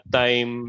time